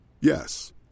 Yes